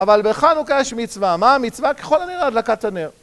אבל בחנוכה יש מצווה, מה המצווה? ככל הנראה הדלקת הנר